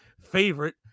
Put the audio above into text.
favorite